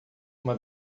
uma